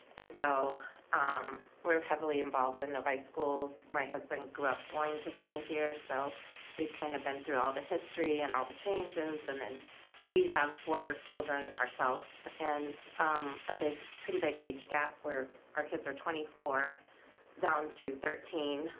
and so we're heavily involved in novi schools, my husband grew up going to school here. so we've kinda been through all the history and all the changes. and and we have four children ourselves and ah a pretty big age gap where our kids are twenty four down to thirteen,